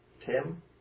Tim